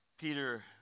Peter